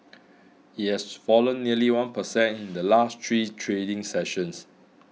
it has fallen nearly one per cent in the last three trading sessions